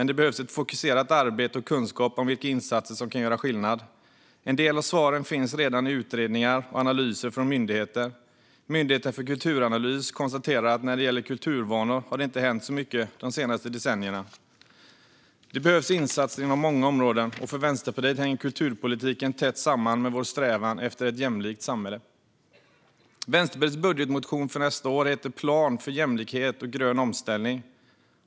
Det behövs ett fokuserat arbete och kunskap om vilka insatser som kan göra skillnad. En del av svaren finns redan i utredningar och analyser från myndigheter. Myndigheten för kulturanalys konstaterar att det inte har hänt så mycket de senaste decennierna när det gäller kulturvanor. Det behövs insatser inom många områden, och för Vänsterpartiet hänger kulturpolitiken tätt samman med vår strävan efter ett jämlikt samhälle. Vänsterpartiets budgetmotion för nästa år heter En p lan för jämlikhet och grön omställning .